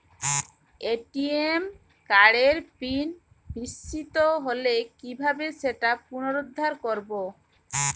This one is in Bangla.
এ.টি.এম কার্ডের পিন বিস্মৃত হলে কীভাবে সেটা পুনরূদ্ধার করব?